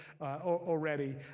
already